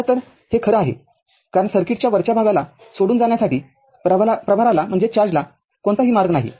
तर खरं तर हे खरं आहे कारण सर्किटच्या वरच्या भागाला सोडून जाण्यासाठी प्रभाराला कोणताही मार्ग नाही